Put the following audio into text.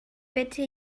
bitte